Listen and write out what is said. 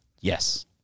Yes